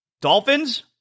Dolphins